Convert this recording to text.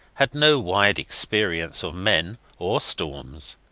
had no wide experience of men or storms.